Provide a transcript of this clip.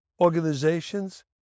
organizations